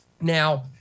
Now